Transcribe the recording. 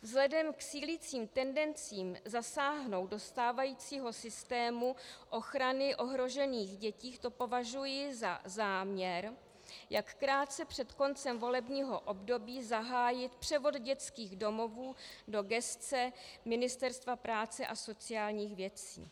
Vzhledem k sílícím tendencím zasáhnout do stávajícího systému ochrany ohrožených dětí to považuji za záměr, jak krátce před koncem volebního období zahájit převod dětských domovů do gesce Ministerstva práce asociálních věcí.